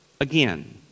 again